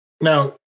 Now